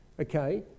okay